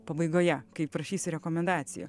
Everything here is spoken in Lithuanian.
pabaigoje kai prašysiu rekomendacijų